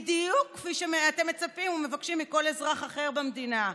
בדיוק כפי שאתם מצפים ומבקשים מכל אזרח אחר במדינה.